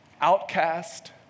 outcast